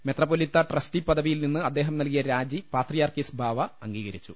മെത്രപൊലീത്ത trustee പദവി യിൽ നിന്ന് അദ്ദേഹം നൽകിയ രാജി പാത്രിയാർക്കീസ് ബാവ അംഗീകരിച്ചു